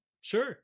Sure